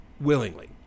willingly